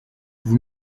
vous